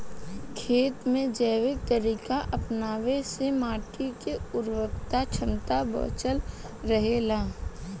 खेत में जैविक तरीका अपनावे से माटी के उर्वरक क्षमता बचल रहे ला